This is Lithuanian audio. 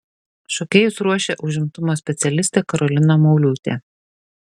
šokėjus ruošė užimtumo specialistė karolina mauliūtė